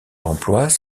d’emplois